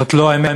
זאת לא האמת.